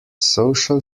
social